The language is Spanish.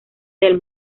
del